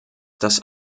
dass